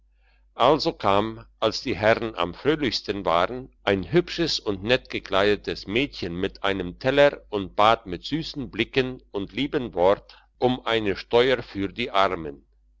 also kam als die herren am fröhlichsten waren ein hübsches und nett gekleidetes mädchen mit einem teller und bat mit süssen blicken und liebem wort um eine steuer für die armen